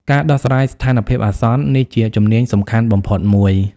ការដោះស្រាយស្ថានភាពអាសន្ន នេះជាជំនាញសំខាន់បំផុតមួយ។